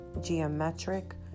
geometric